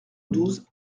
douze